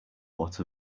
what